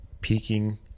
peaking